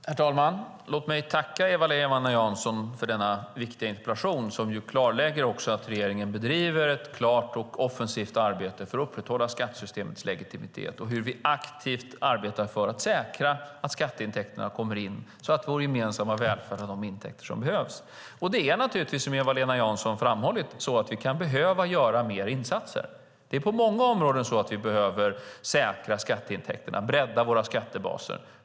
Herr talman! Låg mig tacka Eva-Lena Jansson för denna viktiga interpellation, som ju också klarlägger att regeringen bedriver ett klart och offensivt arbete för att upprätthålla skattesystemets legitimitet och hur vi aktivt arbetar för att säkra att skatteintäkterna kommer in, så att vår gemensamma välfärd har de intäkter som behövs. Det är naturligtvis så, som Eva-Lena Jansson framhållit, att vi kan behöva göra mer insatser. Det är på många områden som vi behöver säkra skatteintäkterna och bredda våra skattebaser.